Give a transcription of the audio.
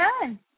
done